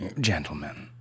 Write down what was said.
gentlemen